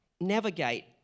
navigate